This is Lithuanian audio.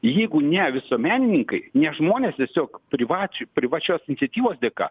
jeigu ne visuomenininkai ne žmonės tiesiog privač privačios iniciatyvos dėka